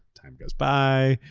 time goes by.